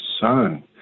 son